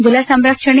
ಜಲಸಂರಕ್ಷಣೆ